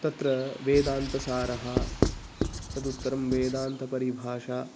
तत्र वेदान्तसारः तदुत्तरं वेदान्तपरिभाषा